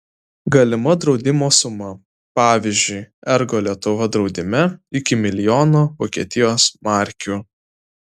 galima draudimo suma pavyzdžiui ergo lietuva draudime iki milijono vokietijos markių